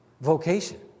vocation